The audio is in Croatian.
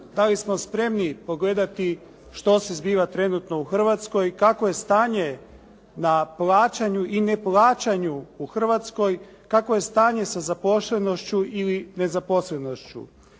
da li smo spremni pogledati što se zbiva trenutno u Hrvatskoj, kakvo je stanje na plaćanju i neplaćanju u Hrvatskoj, kakvo je stanje sa zaposlenošću ili nezaposlenošću.